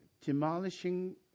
demolishing